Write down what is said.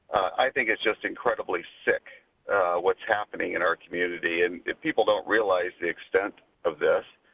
i think it's just incredibly sick what's happening in our community and if people don't realize the extent of this,